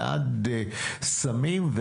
ועד סמים,